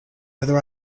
whether